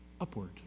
upward